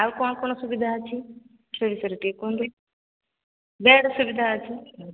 ଆଉ କ'ଣ କ'ଣ ସୁବିଧା ଅଛି ସେ ବିଷୟରେ ଟିକେ କୁହନ୍ତୁ ବେଡ୍ ସୁବିଧା ଅଛି